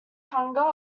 hunger